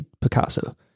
Picasso